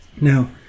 Now